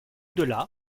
delà